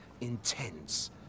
intense